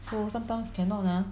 so sometimes cannot ah